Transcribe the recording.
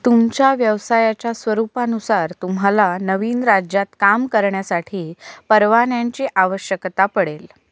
तुमच्या व्यवसायाच्या स्वरूपानुसार तुम्हाला नवीन राज्यात काम करण्यासाठी परवान्यांची आवश्यकता पडेल